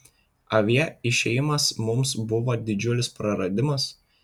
avie išėjimas mums buvo didžiulis praradimas